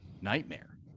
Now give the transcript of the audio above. nightmare